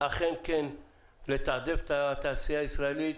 אכן כן לתעדף את התעשייה הישראלית,